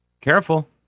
careful